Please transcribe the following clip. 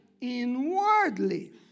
inwardly